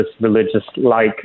religious-like